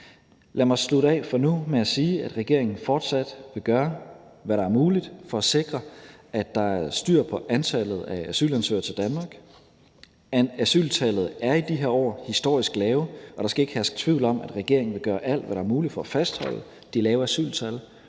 Lad mig slutte af for nu med at sige, at regeringen fortsat vil gøre, hvad der er muligt for at sikre, at der er styr på antallet af asylansøgere til Danmark. Asyltallene er i de her år historisk lave, og der skal ikke herske tvivl om, at regeringen vil gøre alt, hvad der er muligt, for at fastholde de lave asyltal,